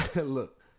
Look